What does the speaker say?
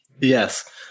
Yes